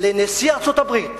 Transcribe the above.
לנשיא ארצות-הברית,